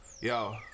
yo